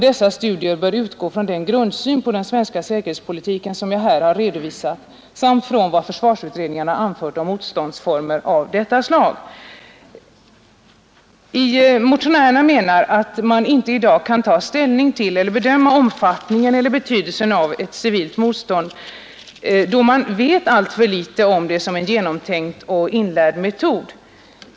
Dessa studier bör utgå från den grundsyn på den svenska säkerhetspolitiken som jag här har redovisat samt från vad försvarsutredningen har anfört om motståndsformer av detta slag.” Vi motionärer menar att man i dag inte kan ta ställning till eller bedöma omfattningen eller betydelsen av ett civilt motstånd, då man vet alltför litet om det som genomtänkt och inlärd metod.